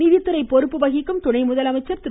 நிதித்துறை பொறுப்பு வகிக்கும் துணை முதலமைச்சர் திரு